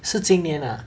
是今年 ah